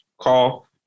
call